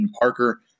Parker